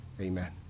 Amen